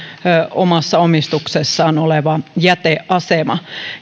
omassa omistuksessaan oleva jäteasema